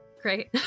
Great